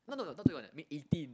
no no not twenty one I mean eighteen